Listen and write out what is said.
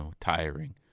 tiring